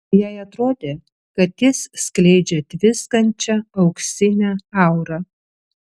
jai atrodė kad jis skleidžia tviskančią auksinę aurą